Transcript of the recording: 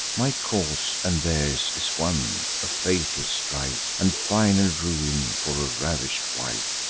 my cause and theirs is one a fatal strife, and final ruin, for a ravish'd wife.